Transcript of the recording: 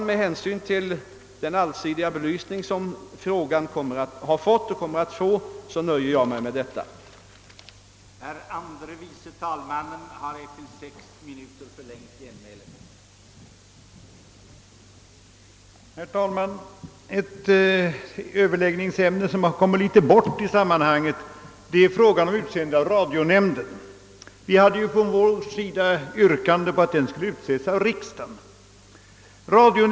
Med hänsyn till den allsidiga belysning som frågan har fått och kommer att få nöjer jag mig med det anförda.